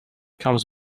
comes